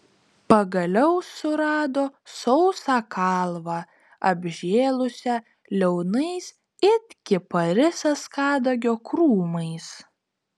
pagaliau surado sausą kalvą apžėlusią liaunais it kiparisas kadagio krūmais